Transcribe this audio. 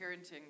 parenting